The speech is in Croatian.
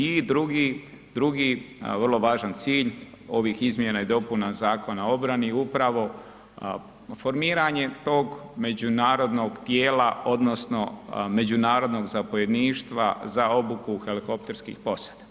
I drugi, drugi vrlo važan cilj ovih izmjena i dopuna Zakona o obrani upravo formiranje tog međunarodnog tijela odnosno međunarodnog zapovjedništva za obuku helikopterskih posada.